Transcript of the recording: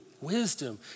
wisdom